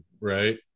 right